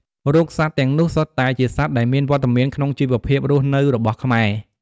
រូបសត្វទាំងនោះសុទ្ធតែជាសត្វដែលមានវត្តមានក្នុងជីវភាពរស់នៅរបស់ខ្មែរ។